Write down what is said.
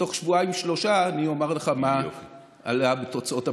ובתוך שבועיים-שלושה אני אומר לך מה היו תוצאות הבדיקה.